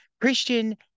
Christian